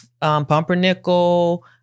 pumpernickel